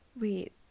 Wait